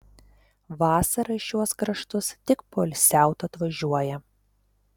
vasarą į šiuos kraštus tik poilsiaut atvažiuoja